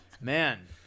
man